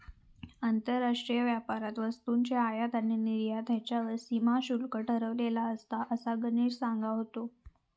आंतरराष्ट्रीय व्यापारात वस्तूंची आयात आणि निर्यात ह्येच्यावर सीमा शुल्क ठरवलेला असता, असा गणेश सांगा होतो